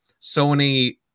Sony